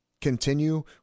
continue